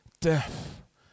death